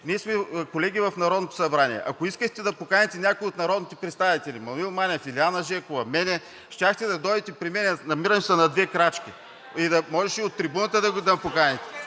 ние сме колеги в Народното събрание. Ако искахте да поканите някого от народните представители – Маноил Манев, Илиана Жекова, мен, щяхте да дойдете при мен – намирам се на две крачки. Можеше и от трибуната да поканите…